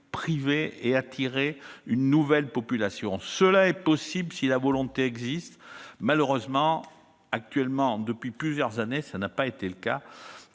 privées et attirer une nouvelle population. Cela est possible si la volonté existe ; malheureusement, depuis plusieurs années, tel n'est pas le cas.